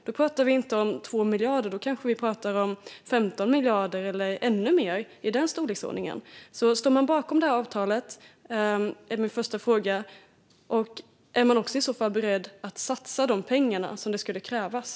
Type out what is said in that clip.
Då handlar det inte om 2 miljarder utan kanske storleksordningen 15 miljarder eller ännu mer. Min fråga är alltså om regeringen står bakom avtalet, och om man i så fall är beredd att satsa de pengar som skulle krävas.